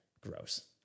Gross